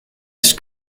ist